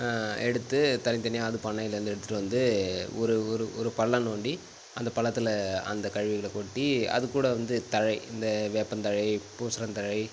எடுத்து தனி தனியாக அது பண்ணையிலேருந்து எடுத்துட்டு வந்து ஒரு ஒரு ஒரு பள்ளம் நோண்டி அந்த பள்ளத்தில் அந்த கழிவுகளை கொட்டி அது கூட வந்து தழை இந்த வேப்பந்தழை பூசணிந்தழை